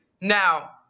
Now